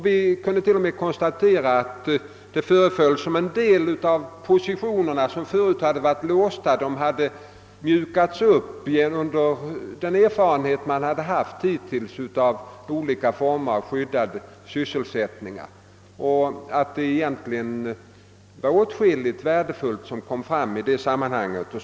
Vi kunde t.o.m. konstatera att det föreföll som om positioner, som tidigare hade varit ganska låsta, nu mjukats upp genom den erfarenhet man fått av olika former av skyddad sysselsättning. Åtskilligt värdedefullt kom fram i det sammanhanget.